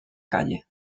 calle